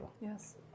yes